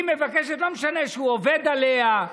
לא משנה שהוא עובד עליה,